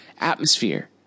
atmosphere